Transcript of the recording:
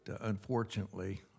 unfortunately